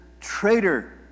traitor